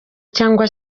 cyangwa